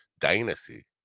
dynasty